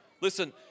Listen